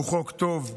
הוא חוק טוב,